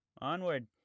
Onward